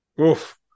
Oof